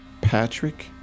Patrick